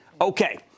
Okay